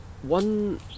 One